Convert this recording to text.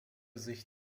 sich